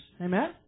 Amen